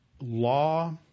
law